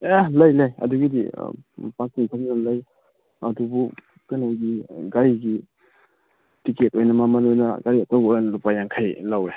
ꯑꯦ ꯂꯩ ꯂꯩ ꯑꯗꯨꯒꯤꯗꯤ ꯄꯥꯔꯀꯤꯡ ꯐꯖꯅ ꯂꯩ ꯑꯗꯨꯕꯨ ꯀꯩꯅꯣꯒꯤ ꯒꯥꯔꯤꯒꯤ ꯇꯤꯛꯀꯦꯠ ꯑꯣꯏꯅ ꯃꯃꯜ ꯑꯣꯏꯅ ꯒꯥꯔꯤ ꯑꯆꯧꯕ ꯑꯣꯏꯔꯒꯅ ꯂꯨꯄꯥ ꯌꯥꯡꯈꯩ ꯂꯧꯋꯦ